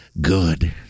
good